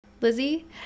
Lizzie